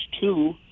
two